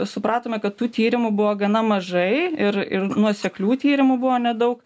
supratome kad tų tyrimų buvo gana mažai ir ir nuoseklių tyrimų buvo nedaug